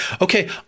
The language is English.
Okay